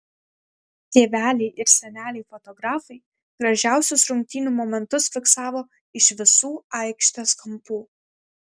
tėveliai ir seneliai fotografai gražiausius rungtynių momentus fiksavo iš visų aikštės kampų